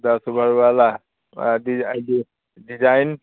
दस भर वाला आदि आदि डिजाइन